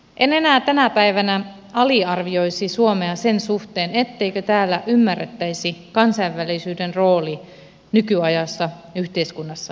en enää tänä päivänä aliarvioisi suomea sen suhteen etteikö täällä ymmärrettäisi kansainvälisyyden rooli nykyajassa yhteiskunnassamme